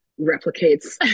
replicates